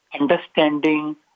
understanding